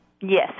Yes